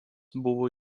buvo